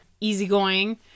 easygoing